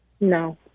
No